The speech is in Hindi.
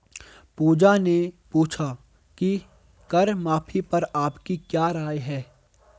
पूजा ने पूछा कि कर माफी पर आपकी क्या राय है?